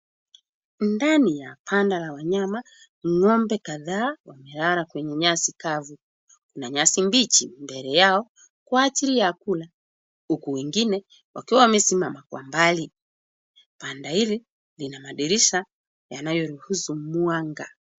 Ndani ya banda la wanyama, ng'ombe kadhaa wamelala kwenye nyasi kavu. Kuna nyasi mbichi mbele yao kwa ajili ya kula huku wengine wakiwa wamesimama kwa mbali. Banda hili yana madirisha yanayoruhusu mwanga.